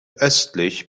östlich